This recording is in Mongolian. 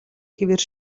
хэвээр